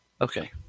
Okay